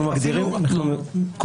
אפילו התלונות --- אנחנו מגדירים,